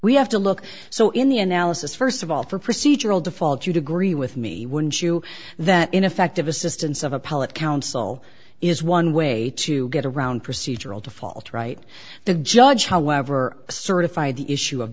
we have to look so in the analysis first of all for procedural default you'd agree with me wouldn't you that ineffective assistance of appellate counsel is one way to get around procedural default right the judge however certify the issue of